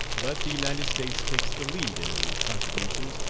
but the united states takes the lead in the contributions,